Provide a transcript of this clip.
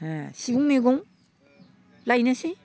सिगुं मैगं लायनोसै